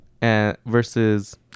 versus